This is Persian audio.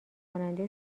کننده